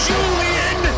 Julian